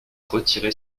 retiré